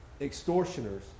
extortioners